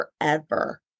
forever